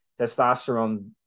testosterone